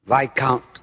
Viscount